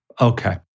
Okay